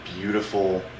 beautiful